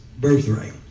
birthright